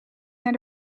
naar